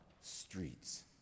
streets